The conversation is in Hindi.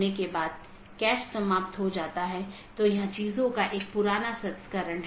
इन विशेषताओं को अनदेखा किया जा सकता है और पारित नहीं किया जा सकता है